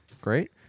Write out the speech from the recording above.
Great